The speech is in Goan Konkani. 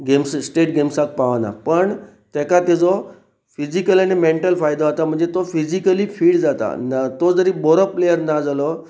गेम्स स्टेट गेम्साक पावना पण ताका तेजो फिजीकल आनी मॅंटल फायदो जता म्हणजे तो फिजिकली फीट जाता ना तो जरी बरो प्लेयर ना जालो